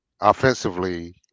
offensively